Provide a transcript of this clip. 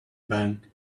bank